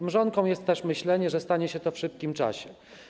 Mrzonką jest też myślenie, że stanie się to w szybkim czasie.